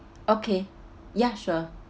okay ya sure